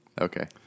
Okay